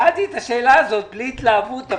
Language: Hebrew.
שאלתי את השאלה הזאת בלי התלהבות,